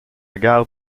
gare